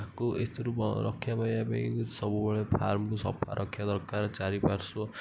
ଆକୁ ଏଥିରୁ ରକ୍ଷା ପାଇବା ପାଇଁ ସବୁବେଳେ ଫାର୍ମକୁ ସଫା ରଖିବା ଦରକାର ଚାରିପାର୍ଶ୍ଵ